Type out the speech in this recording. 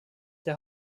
der